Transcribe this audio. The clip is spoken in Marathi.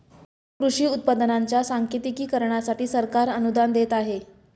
कृषी उत्पादनांच्या सांकेतिकीकरणासाठी सरकार अनुदान देत आहे